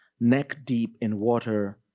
neck deep in water,